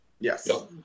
yes